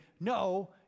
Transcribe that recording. no